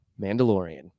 Mandalorian